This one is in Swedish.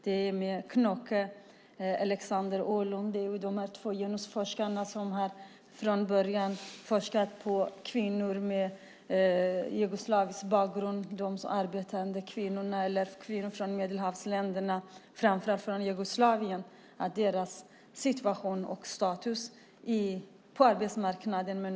De två genusforskarna Knocke och Alexander Ålund har forskat på arbetande kvinnor med jugoslavisk bakgrund och från Medelhavsländerna.